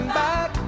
back